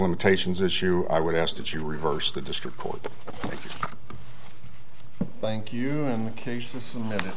limitations issue i would ask that you reverse the district court thank you in the case of